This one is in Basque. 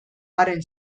haren